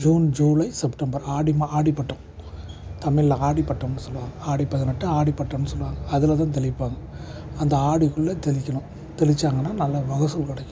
June July September Aadi மா ஆடிப்பட்டம் தமிழ்ல ஆடிப்பட்டம்னு சொல்வாங்க ஆடி பதினெட்டு ஆடி பட்டம்னு சொல்வாங்க அதில்தான் தெளிப்பாங்க அந்த ஆடிக்குள்ளே தெளிக்கணும் தெளித்தாங்கனா நல்ல மகசூல் கிடைக்கும்